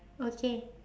okay